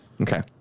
Okay